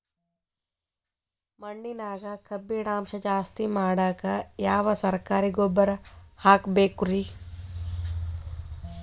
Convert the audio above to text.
ಮಣ್ಣಿನ್ಯಾಗ ಕಬ್ಬಿಣಾಂಶ ಜಾಸ್ತಿ ಮಾಡಾಕ ಯಾವ ಸರಕಾರಿ ಗೊಬ್ಬರ ಹಾಕಬೇಕು ರಿ?